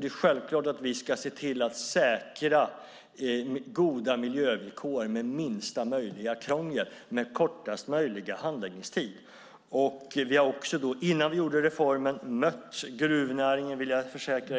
Det är självklart att vi ska se till att säkra goda miljövillkor med minsta möjliga krångel och med kortast möjliga handläggningstid. Jag vill försäkra Isak From att vi innan vi gjorde reformen har mött gruvnäringen och